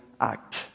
Act